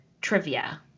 trivia